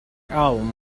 album